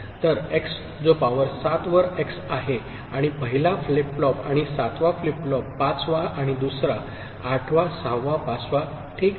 तर x जो power 7 वर एक्स आहे आणि 1 ला फ्लिप फ्लॉप आणि 7 वा फ्लिप फ्लॉप 5 वा आणि दुसरा 8 वा 6 वा 5 वां ठीक